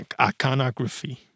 iconography